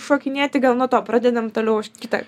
šokinėti gal nuo to pradedam toliau aš kitą